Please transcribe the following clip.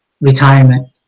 retirement